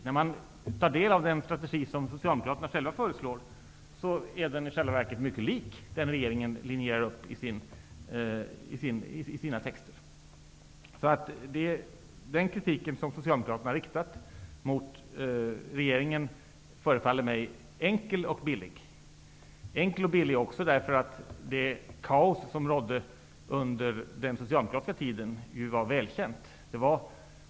När man tar del av den strategi som Socialdemokraterna själva föreslår finner man att den i själva verket är mycket lik den strategi som regeringen drar upp i sina texter. Den kritik som Socialdemokraterna har riktat mot regeringen förefaller mig enkel och billig. Den är också enkel och billig eftersom det kaos som rådde under den socialdemokratiska tiden var välkänt.